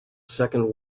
second